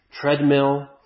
treadmill